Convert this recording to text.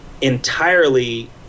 entirely